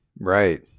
right